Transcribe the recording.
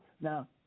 Now